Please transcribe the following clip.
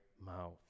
mouth